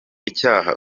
icyaha